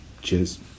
Cheers